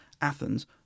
Athens